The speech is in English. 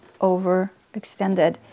overextended